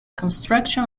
construction